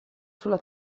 sulla